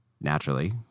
naturally